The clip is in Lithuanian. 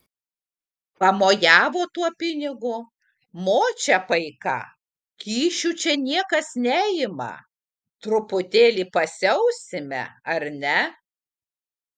pamojavo tuo pinigu močia paika kyšių čia niekas neima truputėlį pasiausime ar ne